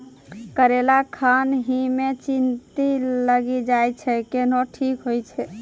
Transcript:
करेला खान ही मे चित्ती लागी जाए छै केहनो ठीक हो छ?